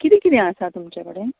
किदें किदें आसा तुमचें कडेन